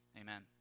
Amen